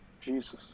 Jesus